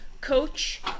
Coach